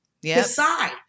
decide